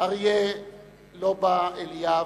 אריה לובה אליאב,